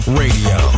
radio